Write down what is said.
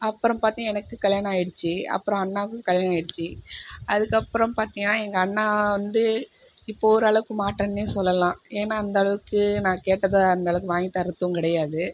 அப்புறம் பார்த்து எனக்கு கல்யாணம் ஆயிடுச்சு அப்புறம் அண்ணாவுக்கும் கல்யாணம் ஆயிடுச்சு அதற்கப்புறம் பார்த்திங்கன்னா எங்கள் அண்ணா வந்து இப்போ ஓரளவுக்கு மாற்றன்னே சொல்லலாம் ஏன்னா அந்த அளவுக்கு நான் கேட்டதை அந்த அளவுக்கு வாங்கி தர்றதும் கிடையாது